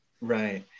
Right